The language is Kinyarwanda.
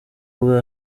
bwa